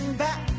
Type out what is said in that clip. back